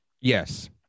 Yes